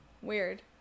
weird